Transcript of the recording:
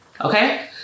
Okay